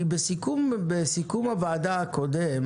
בסיכום הוועדה הקודם